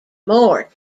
more